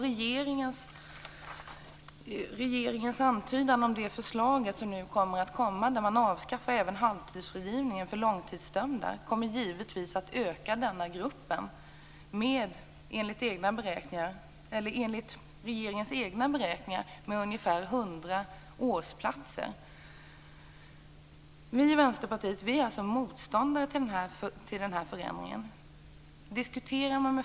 Regeringens antydan om att man tänker föreslå ett avskaffande av halvtidsfrigivningen för långtidsdömda kommer givetvis att innebära att den gruppen utökas. Enligt regeringens egna beräkningar blir ökningen ungefär 100 årsplatser. Vi i Vänsterpartiet är motståndare till denna förändring.